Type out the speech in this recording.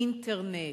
אינטרנט,